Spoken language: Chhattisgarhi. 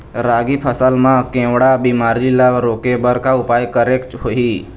रागी फसल मा केवड़ा बीमारी ला रोके बर का उपाय करेक होही?